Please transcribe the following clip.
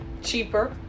cheaper